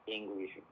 English